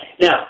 Now